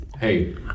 hey